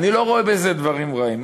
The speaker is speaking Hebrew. אני לא רואה בזה דברים רעים.